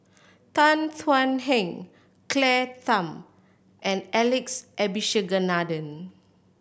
Tan Thuan Heng Claire Tham and Alex Abisheganaden